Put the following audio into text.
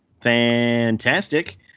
Fantastic